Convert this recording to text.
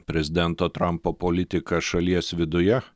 prezidento trampo politika šalies viduje